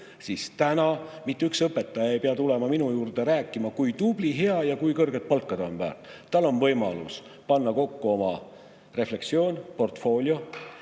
kool. Täna mitte üks õpetaja ei pea tulema minu juurde rääkima, kui tubli ja hea ta on ja kui kõrget palka väärt. Tal on võimalus panna kokku oma refleksioon, portfoolio,